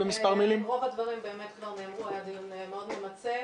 רוב הדברים באמת כבר נאמרו, היה דיון מאוד ממצה.